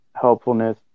helpfulness